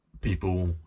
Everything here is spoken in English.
people